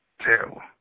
terrible